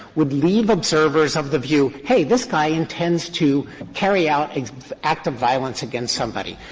would leave observers of the view, hey, this guy intends to carry out an act of violence against somebody.